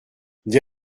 des